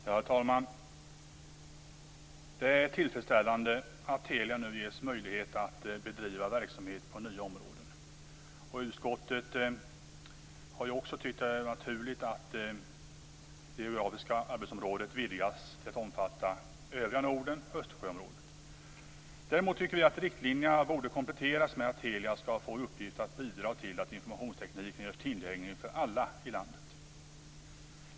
Herr talman! Det är tillfredsställande att Telia nu ges möjlighet att bedriva verksamhet på nya områden. Utskottet har också tyckt att det är naturligt att det geografiska arbetsområdet vidgas till att omfatta övriga Norden och Östersjöområdet. Däremot tycker vi att riktlinjerna borde kompletteras med att Telia skall få i uppgift att bidra till att informationstekniken görs tillgänglig för alla i landet.